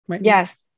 Yes